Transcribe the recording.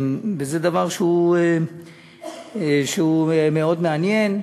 וזה דבר שהוא מאוד מעניין.